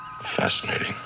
Fascinating